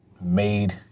made